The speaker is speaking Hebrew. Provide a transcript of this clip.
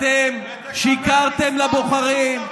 אתם שיקרתם לבוחרים,